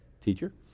teacher